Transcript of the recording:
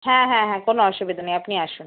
হ্যাঁ হ্যাঁ হ্যাঁ কোনো অসুবিধা নেই আপনি আসুন